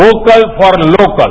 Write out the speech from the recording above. vocal for local